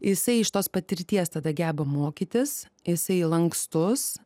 jisai iš tos patirties tada geba mokytis jisai lankstus